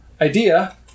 idea